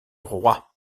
roi